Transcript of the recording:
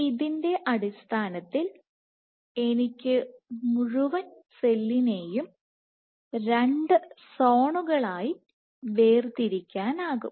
ഇതിന്റെ അടിസ്ഥാനത്തിൽ എനിക്ക് മുഴുവൻ സെല്ലിനെയും രണ്ട് സോണുകളായി വേർതിരിക്കാനാകും